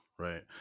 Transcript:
right